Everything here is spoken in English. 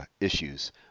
issues